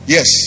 Yes